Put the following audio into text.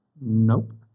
nope